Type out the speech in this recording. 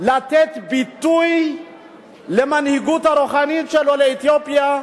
לתת ביטוי למנהיגות הרוחנית של עולי אתיופיה,